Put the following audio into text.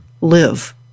live